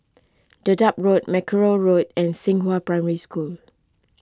Dedap Road Mackerrow Road and Xinghua Primary School